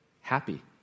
Happy